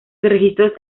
registros